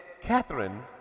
Catherine